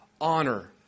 honor